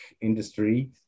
industry